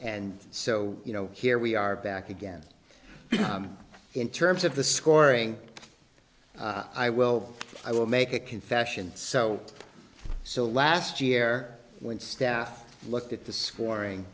and so you know here we are back again in terms of the scoring i will i will make a confession so so last year when staff looked at the scoring